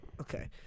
Okay